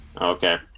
Okay